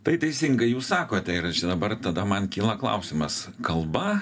tai teisingai jūs sakote ir dabar tada man kyla klausimas kalba